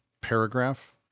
paragraph